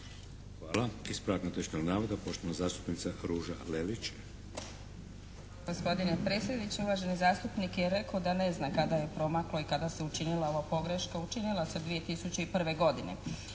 Hvala. Ispravak netočnog navoda poštovana zastupnica Ruža Lelić.